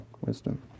wisdom